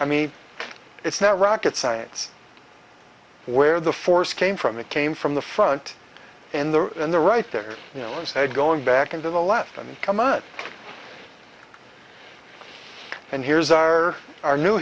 i mean it's not rocket science where the force came from it came from the front in the in the right there you know he said going back into the left and come on and here's our our new